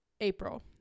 April